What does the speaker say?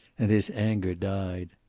and his anger died.